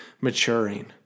maturing